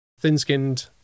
thin-skinned